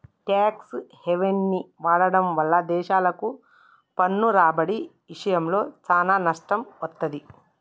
tax హెవెన్ని వాడటం వల్ల దేశాలకు పన్ను రాబడి ఇషయంలో చానా నష్టం వత్తది